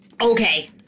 Okay